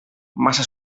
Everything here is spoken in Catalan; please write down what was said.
massa